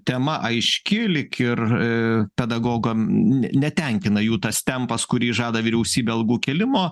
tema aiški lyg ir pedagogam netenkina jų tas tempas kurį žada vyriausybė algų kėlimo